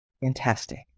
Fantastic